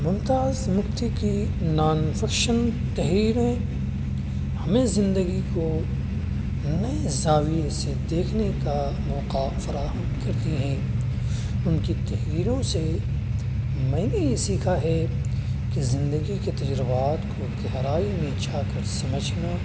ممتاز مفتی کی non fiction تحریریں ہمیں زندگی کو نئے زاویے سے دیکھنے کا موقع فراہم کرتی ہیں ان کی تحریروں سے میں نے یہ سیکھا ہے کہ زندگی کے تجربات کو گہرائی میں جا کر سمجھنا